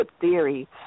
theory